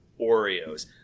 oreos